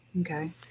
Okay